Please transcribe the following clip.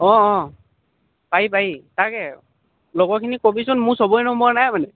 অঁ অঁ পাৰি পাৰি তাকে লগৰখিনিক ক'বিচোন মোৰ চবৰে নম্বৰ নাই মানে